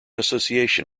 association